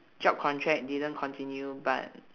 job contract didn't continue but